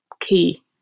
key